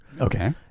okay